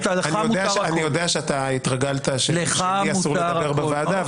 אני יודע שאתה התרגלת שלי אסור לדבר בוועדה -- לך מותר הכול.